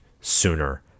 sooner